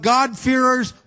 God-fearers